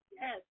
Yes